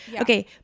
Okay